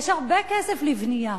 יש הרבה כסף לבנייה,